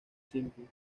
simple